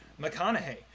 McConaughey